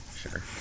Sure